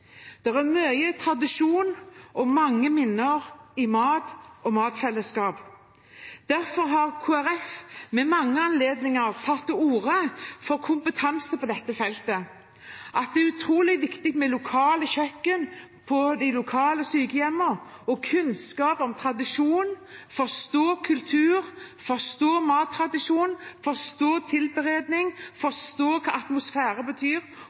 er mye tradisjon og mange minner i mat og matfellesskap. Derfor har Kristelig Folkeparti ved mange anledninger tatt til orde for kompetanse på dette feltet. Det er utrolig viktig med lokalt kjøkken på de lokale sykehjemmene og med kunnskap om tradisjon – at man forstår kulturen, forstår mattradisjonen, kan tilberede og forstår hva atmosfære betyr